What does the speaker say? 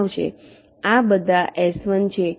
આ બધા S1 છે